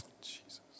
Jesus